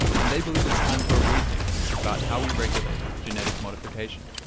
and they believe it's time for a rethink about how we regulate genetic modification.